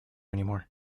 anymore